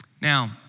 Now